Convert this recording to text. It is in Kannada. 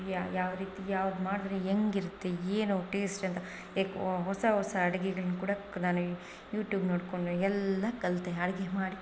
ಯ ಯಾವ ರೀತಿ ಯಾವ್ದು ಮಾಡಿದ್ರೆ ಹೆಂಗಿರತ್ತೆ ಏನು ಟೇಸ್ಟಂತ ಈಗ ಹೊಸ ಹೊಸ ಅಡಿಗೆಗಳನ್ನ ಕೂಡ ನಾನು ಯೂಟ್ಯೂಬ್ ನೋಡಿಕೊಂಡು ಎಲ್ಲ ಕಲಿತೆ ಅಡಿಗೆ ಮಾಡಿ